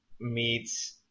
Meets